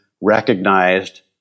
recognized